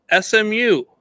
SMU